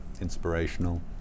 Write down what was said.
inspirational